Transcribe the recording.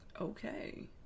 Okay